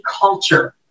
culture